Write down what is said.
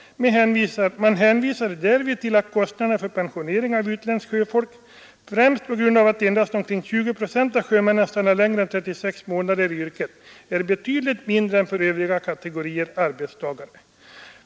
Man hänvisar därvid till att kostnaderna för pensionering av utländskt sjöfolk, främst på grund av att endast omkring 20 I av sjömännen stannar längre än 36 månader i yrket, är betydligt mindre än för övriga kategorier arbetstagare.